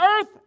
earth